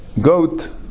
goat